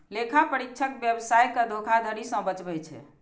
लेखा परीक्षक व्यवसाय कें धोखाधड़ी सं बचबै छै